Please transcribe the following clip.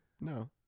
No